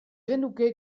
genuke